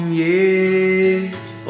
years